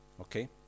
Okay